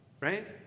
Right